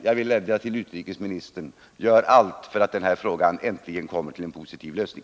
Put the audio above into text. Jag vill vädja till utrikesministern: Gör allt för att den här frågan äntligen får en positiv lösning!